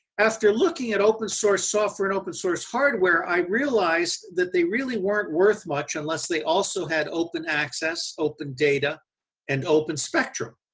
after looking at open source software and open source hardware i realized that they really weren't worth much unless they also had open access, open data and open spectrum